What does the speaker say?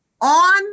on